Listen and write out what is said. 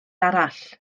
arall